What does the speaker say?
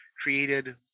created